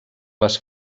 les